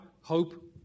Hope